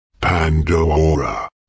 Pandora